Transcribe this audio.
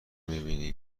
میبینی